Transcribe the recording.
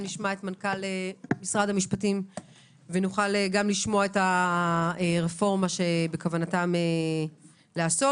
נשמע את מנכ"ל משרד המשפטים ונוכל לשמוע גם על הרפורמה שבכוונתם לעשות.